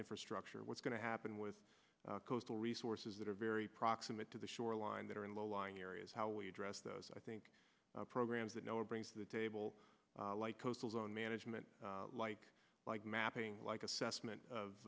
infrastructure what's going to happen with coastal resources that are very proximate to the shoreline that are in low lying areas how we address those i think programs that no one brings to the table like coastal zone management like like mapping like assessment